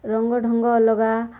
ରଙ୍ଗ ଢଙ୍ଗ ଅଲଗା